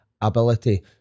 Ability